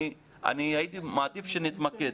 אני הייתי מעדיף שנתמקד.